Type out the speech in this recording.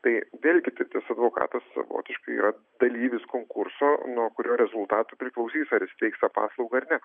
tai vėlgi tas advokatas savotiškai yra dalyvis konkurso nuo kurio rezultatų priklausys ar jis teiks tą paslaugą ar ne